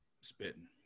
Spitting